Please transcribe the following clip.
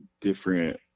different